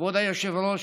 כבוד היושב-ראש,